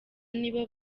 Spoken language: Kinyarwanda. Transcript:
nibo